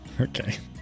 Okay